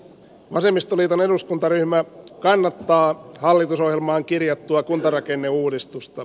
vasemmistoliiton eduskuntaryhmä kannattaa hallitusohjelmaan kirjattua kuntarakenneuudistusta